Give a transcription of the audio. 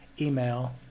email